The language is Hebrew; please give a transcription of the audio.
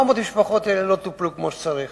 400 המשפחות האלה לא טופלו כמו שצריך.